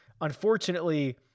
unfortunately